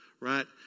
right